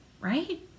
right